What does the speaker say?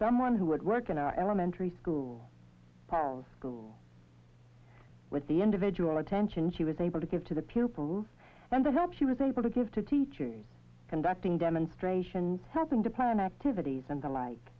someone who would work in our elementary school pals with the individual attention she was able to give to the pupils and the help she was able to give to teachers conducting demonstrations happening to plan activities and the like